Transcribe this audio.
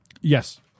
Yes